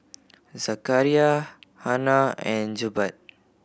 Zakaria Hana and Jebat